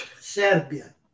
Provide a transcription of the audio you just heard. Serbia